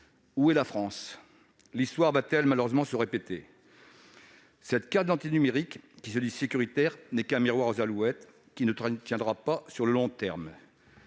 Où est la France ?» L'histoire va-t-elle malheureusement se répéter ? Cette carte d'identité numérique, qui se dit « sécuritaire », n'est qu'un miroir aux alouettes et ne tiendra pas sur le long terme.